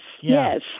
yes